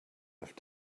i’ve